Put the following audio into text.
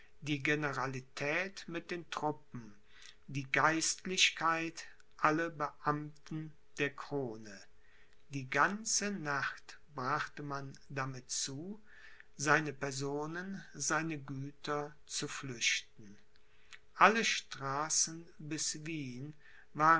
die generalität mit den truppen die geistlichkeit alle beamten der krone die ganze nacht brachte man damit zu seine personen seine güter zu flüchten alle straßen bis wien